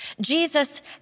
Jesus